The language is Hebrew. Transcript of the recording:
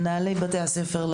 למנהלי בתי הספר,